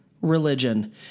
religion